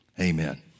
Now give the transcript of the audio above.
amen